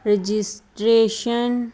registration